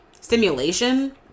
Stimulation